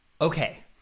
Okay